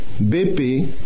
BP